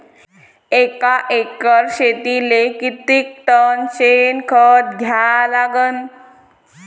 एका एकर शेतीले किती टन शेन खत द्या लागन?